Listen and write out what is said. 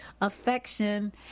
affection